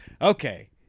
Okay